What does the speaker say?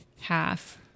half